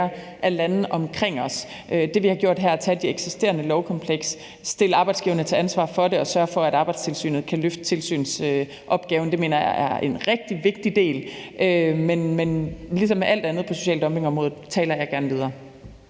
alt andet omkring os. Det, vi har gjort her ved at tage det eksisterende lovkompleks, stille arbejdsgiverne til ansvar for det og sørge for, at Arbejdstilsynet kan løfte tilsynsopgaven, mener jeg er en rigtig vigtig del, men ligesom med alt andet på social dumping-området taler jeg gerne videre